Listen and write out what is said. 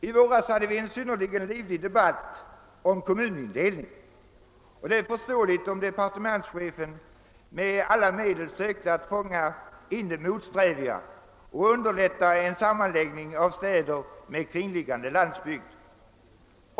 I våras hade vi en synnerligen livlig debatt om kommunindelningen, och det är förståeligt om departementschefen med alla medel sökte fånga in de motsträviga och underlätta en sammanläggning av städer med kringliggande landsbygd.